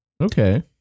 Okay